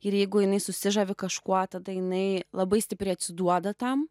ir jeigu jinai susižavi kažkuo tada jinai labai stipriai atsiduoda tam